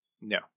No